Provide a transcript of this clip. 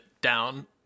down